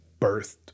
birthed